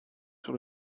sur